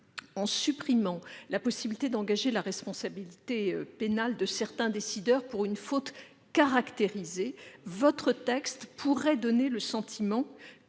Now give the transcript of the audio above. En supprimant la possibilité d'engager la responsabilité pénale de certains décideurs pour une faute caractérisée, le texte qu'il a adopté pourrait donner le sentiment